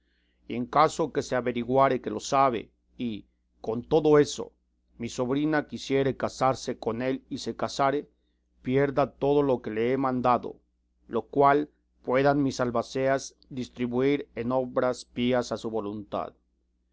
en caso que se averiguare que lo sabe y con todo eso mi sobrina quisiere casarse con él y se casare pierda todo lo que le he mandado lo cual puedan mis albaceas distribuir en obras pías a su voluntad